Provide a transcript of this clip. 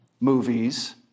movies